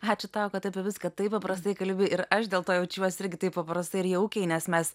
ačiū tau kad apie viską taip paprastai kalbi ir aš dėl to jaučiuosi irgi taip paprastai ir jaukiai nes mes